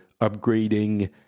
upgrading